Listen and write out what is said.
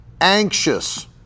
anxious